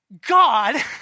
God